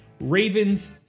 Ravens